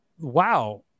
Wow